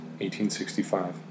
1865